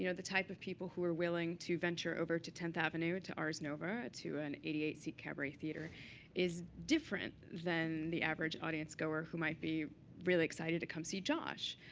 you know the type of people who are willing to venture over to tenth avenue to ars nova to an eighty eight seat cabaret theater is different than the average audience goer who might be really excited to come see josh.